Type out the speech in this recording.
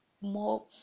more